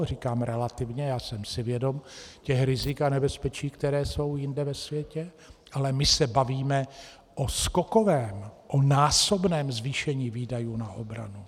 Říkám relativně, já jsem si vědom těch rizik a nebezpečí, která jsou jinde ve světě, ale my se bavíme o skokovém, násobném zvýšení výdajů na obranu.